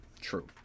True